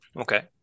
okay